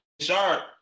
Sharp